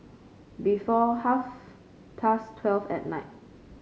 before half past twelve at night